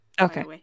okay